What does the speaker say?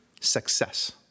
success